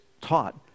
taught